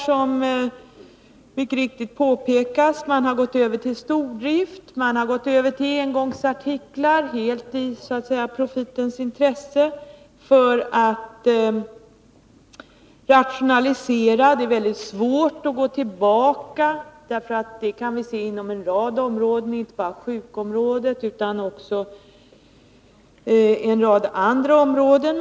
Som mycket riktigt har påpekats, har man gått över till stordrift. Man har gått över till engångsartiklar, helt i profitintresse, för att rationalisera. Det är väldigt svårt att gå tillbaka, och det gäller inte bara sjukvårdsområdet utan en rad andra områden.